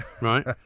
right